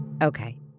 Okay